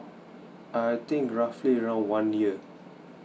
I think roughly around one year